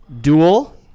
Dual